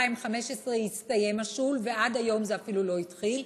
2015 יסתיים השול ועד היום זה אפילו לא התחיל.